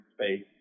space